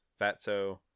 Fatso